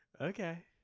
Okay